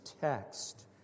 text